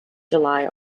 july